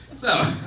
so.